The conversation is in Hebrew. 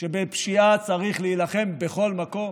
שבפשיעה צריך להילחם בכל מקום?